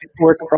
work